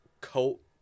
coat